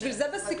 בשביל זה בסיכום,